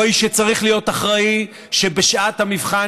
הוא האיש שצריך להיות אחראי שבשעת המבחן